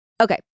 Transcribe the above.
Okay